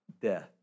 death